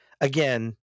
Again